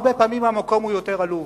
הרבה פעמים המקום הוא יותר עלוב.